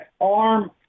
arm